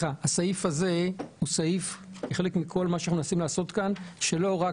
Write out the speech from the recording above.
הסעיף הזה - חלק מכל מה שאנחנו מנסים לעשות כאן לא רק